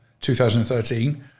2013